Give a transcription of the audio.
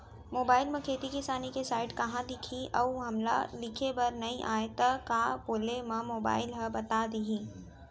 Mobile म खेती किसानी के साइट कहाँ दिखही अऊ हमला लिखेबर नई आय त का बोले म मोबाइल ह बता दिही?